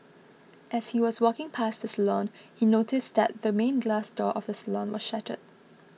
as he was walking past the salon he noticed that the main glass door of the salon was shattered